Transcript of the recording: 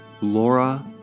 Laura